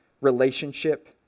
relationship